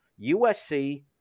usc